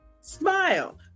smile